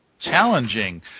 challenging